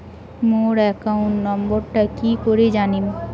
মোর account নাম্বারটা কি করি জানিম?